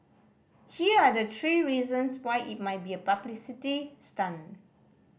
here are the three reasons why it might be a publicity stunt